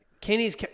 kenny's